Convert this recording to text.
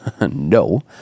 no